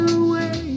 away